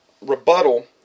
rebuttal